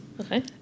Okay